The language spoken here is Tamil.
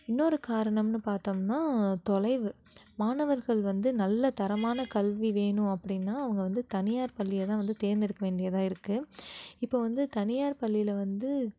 இன்னொரு காரணம்னு பார்த்தோம்னா தொலைவு மாணவர்கள் வந்து நல்ல தரமான கல்வி வேணும் அப்படின்னா அவங்க வந்து தனியார் பள்ளியை தான் வந்து தேர்ந்தெடுக்க வேண்டியதாக இருக்குது இப்போ வந்து தனியார் பள்ளியில் வந்து